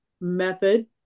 method